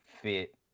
fit